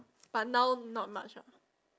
but now not much ah